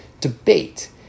debate